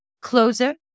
closer